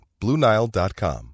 BlueNile.com